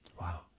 Wow